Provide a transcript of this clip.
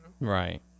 Right